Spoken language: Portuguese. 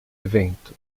evento